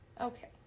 Okay